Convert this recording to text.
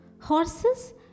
horses